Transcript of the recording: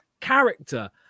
character